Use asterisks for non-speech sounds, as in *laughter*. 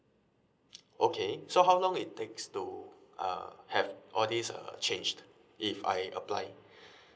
okay so how long it takes to uh have all these uh changed if I apply *breath*